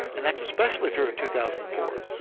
and that's especially true in two thousand and four.